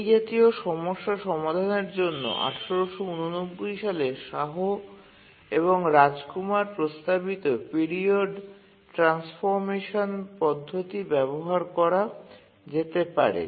এই জাতীয় সমস্যার সমাধানের জন্য ১৯৮৯ সালে শাহ এবং রাজ কুমার প্রস্তাবিত পিরিয়ড ট্রান্সফর্মেশন পদ্ধতি ব্যবহার করা যেতে পারে